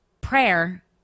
prayer